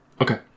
Okay